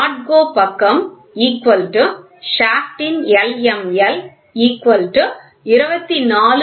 NOT GO பக்கம் shaft ன் L